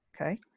okay